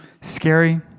scary